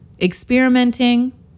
experimenting